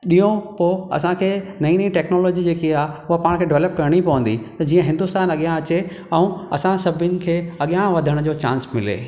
ॾींहं पोइ असांखे नई नई टेक्नोलॉजी जेकी आहे पाण खें डेवलप करणी पवंदी जीअं हिन्दुस्तान अॻियां अचे ऐं असां सभिनि खे अॻियां वधण जो चांस मिले